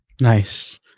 Nice